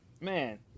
Man